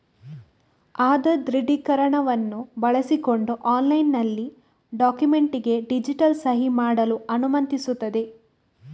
ಆಧಾರ್ ದೃಢೀಕರಣವನ್ನು ಬಳಸಿಕೊಂಡು ಆನ್ಲೈನಿನಲ್ಲಿ ಡಾಕ್ಯುಮೆಂಟಿಗೆ ಡಿಜಿಟಲ್ ಸಹಿ ಮಾಡಲು ಅನುಮತಿಸುತ್ತದೆ